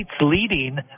leading